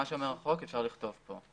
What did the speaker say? מה שאומר החוק, אפשר לכתוב כאן.